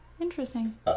Interesting